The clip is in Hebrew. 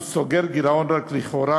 הוא סוגר גירעון רק לכאורה,